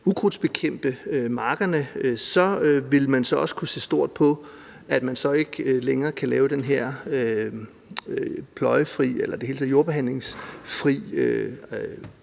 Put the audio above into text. ukrudtsbekæmpe markerne, vil man kunne se, at man ikke længere kan have den her pløjefri eller i det hele taget jordbehandlingsfri